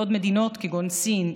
בעוד מדינות כגון סין,